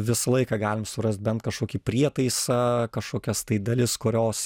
visą laiką galim surast bent kažkokį prietaisą kažkokias tai dalis kurios